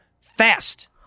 fast